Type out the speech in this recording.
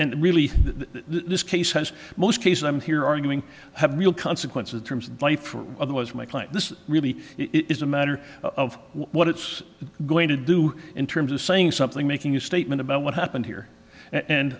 and really this case has most cases i'm here arguing have real consequences in terms of life or otherwise my client this really is a matter of what it's going to do in terms of saying something making a statement about what happened here and